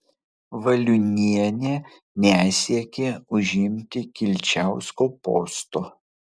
valiunienė nesiekė užimti kilčiausko posto